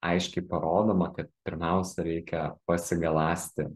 aiškiai parodoma kad pirmiausia reikia pasigaląsti